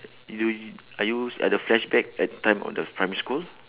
are you at the flashback at the time of the primary school